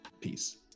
Peace